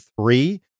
three